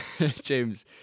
James